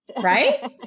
right